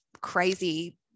crazy